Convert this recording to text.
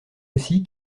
aussi